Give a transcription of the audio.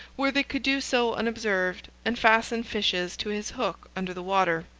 where they could do so unobserved, and fasten fishes to his hook under the water.